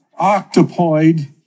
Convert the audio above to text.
octopoid